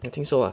我听说